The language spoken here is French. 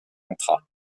contrat